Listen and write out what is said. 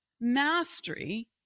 mastery